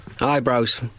Eyebrows